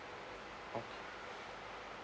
okay